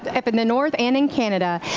up in the north and and canada,